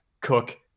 cook